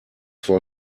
vor